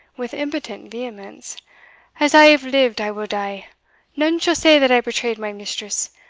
with impotent vehemence as i have lived i will die none shall say that i betrayed my mistress,